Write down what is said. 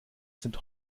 sind